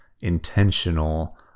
intentional